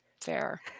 Fair